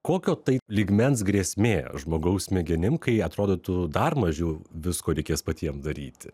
kokio tai lygmens grėsmė žmogaus smegenim kai atrodytų dar mažiau visko reikės patiem daryti